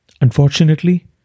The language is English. Unfortunately